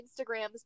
Instagrams